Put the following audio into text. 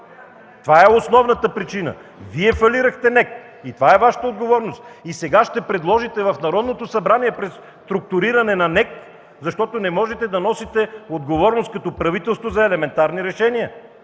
Това е основната причина. Вие фалирахте НЕК и това е Вашата отговорност! И сега ще предложите в Народното събрание преструктуриране на НЕК, защото не можете да носите отговорност като правителство за елементарни решения.